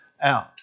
out